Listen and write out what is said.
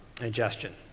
ingestion